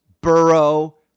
Burrow